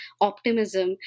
optimism